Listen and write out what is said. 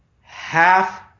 Half